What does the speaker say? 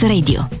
Radio